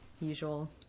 usual